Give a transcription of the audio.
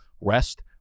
Rest